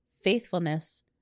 faithfulness